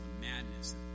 madness